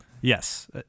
Yes